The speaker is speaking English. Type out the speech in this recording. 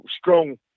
strong